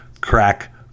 Crack